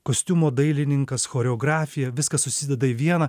kostiumų dailininkas choreografija viskas susideda į vieną